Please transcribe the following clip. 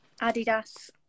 Adidas